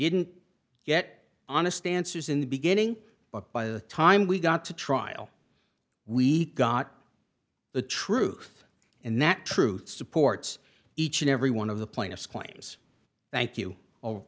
didn't get honest answers in the beginning but by the time we got to trial we got the truth and that truth supports each and every one of the plaintiff's claims thank you